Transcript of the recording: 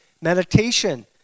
meditation